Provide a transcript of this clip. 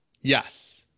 Yes